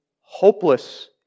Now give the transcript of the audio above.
hopeless